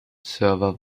server